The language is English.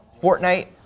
Fortnite